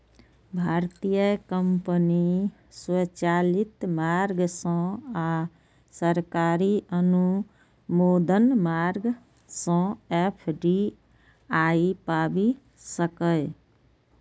भारतीय कंपनी स्वचालित मार्ग सं आ सरकारी अनुमोदन मार्ग सं एफ.डी.आई पाबि सकैए